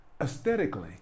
aesthetically